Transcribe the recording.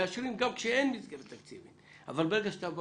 מאשרים גם כשאין מסגרת תקציבית אבל ברגע שאתה בא